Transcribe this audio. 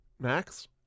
max